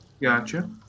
Gotcha